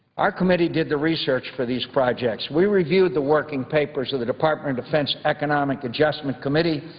our committee did the research for these projects. we reviewed the working papers of the department of defense economic adjustment committee,